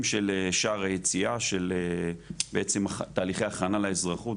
של שער היציאה של בעצם תהליכי הכנה לאזרחות,